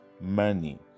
money